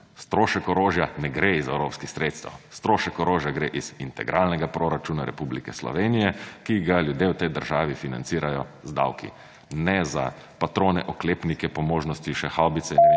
strošek orožja ne gre iz evropskih sredstev, strošek orožja gre iz integralnega proračuna Republike Slovenije, ki ga ljudje v tej državi financirajo z davki. Ne za patrone oklepnike, po možnosti še haubice